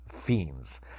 fiends